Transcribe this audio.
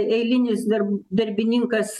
eilinis dar darbininkas